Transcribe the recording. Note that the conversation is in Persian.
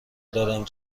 دارم